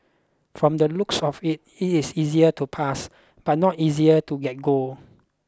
from the looks of it it is easier to pass but not easier to get gold